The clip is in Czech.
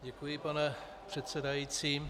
Děkuji, pane předsedající.